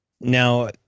Now